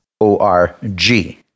O-R-G